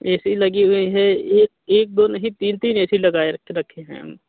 ए C लगी हुई है एक एक दो नहीं तीन तीन ए सी लगाए रखे हैं हम